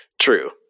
True